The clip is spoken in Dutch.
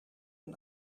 een